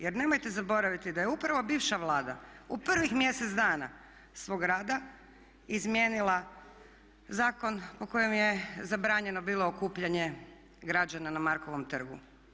Jer nemojte zaboraviti da je upravo bivša Vlada u prvih mjesec dana svog rada izmijenila zakon po kojem je zabranjeno bilo okupljanje građana na Markovom trgu.